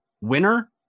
winner